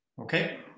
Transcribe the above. Okay